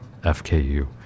FKU